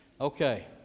okay